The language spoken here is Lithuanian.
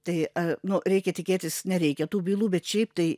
tai nu reikia tikėtis nereikia tų bylų bet šiaip tai